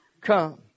come